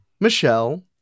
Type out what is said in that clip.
Michelle